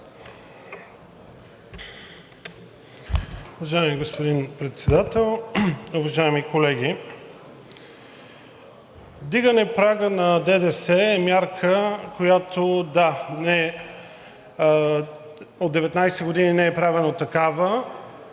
Вдигане прага на ДДС е мярка, която – да, от 19 години не е правена такава